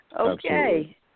Okay